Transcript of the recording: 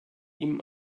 ihm